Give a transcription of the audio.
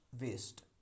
waste